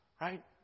Right